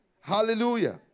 Hallelujah